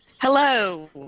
Hello